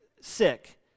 sick